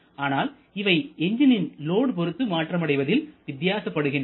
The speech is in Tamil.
ஆனால் இவை எஞ்ஜினின் லோட் பொருத்து மாற்றமடைவதில் வித்தியாசப்படுகின்றன